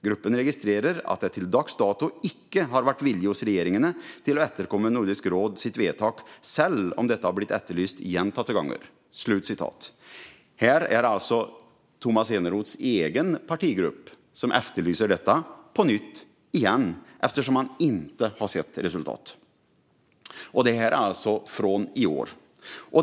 Gruppen registrerer at det til dags dato ikke har vært vilje hos regjeringene til å etterkomme Nordisk Råd sitt vedtak selv om dette har blitt etterlyst gjentatte ganger." Här är det alltså Tomas Eneroths egen partigrupp som efterlyser detta på nytt eftersom man inte har sett resultat. Det här är alltså från i år.